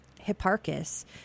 Hipparchus